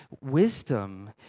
Wisdom